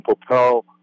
propel